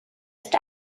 ist